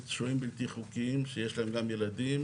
שוהים בלתי חוקיים שיש להם גם ילדים.